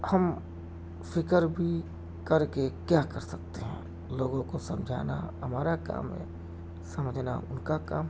ہم فکر بھی کر کے کیا کر سکتے ہیں لوگوں کو سمجھانا ہمارا کام ہے سمجھنا ان کا کام